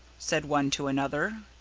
said one to another.